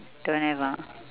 don't have ah